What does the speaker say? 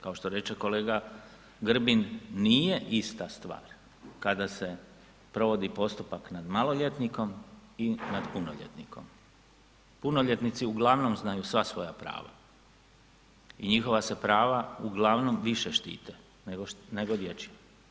Kao što reče kolega Grbin, nije ista stvar kada se provodi postupak nad maloljetnikom i nad punoljetnikom, punoljetnici uglavnom znaju sva svoja prava i njihova se prava uglavnom više štite nego dječja.